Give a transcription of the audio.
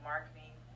marketing